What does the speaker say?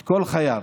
את כל חייו,